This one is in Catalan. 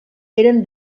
eren